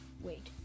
Wait